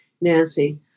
Nancy